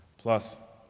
plus,